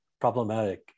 problematic